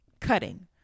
cutting